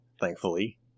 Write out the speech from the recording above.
thankfully